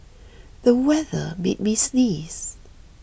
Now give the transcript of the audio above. the weather made me sneeze